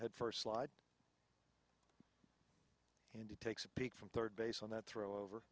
head first slide and it takes a peek from third base on that throw over